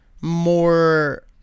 more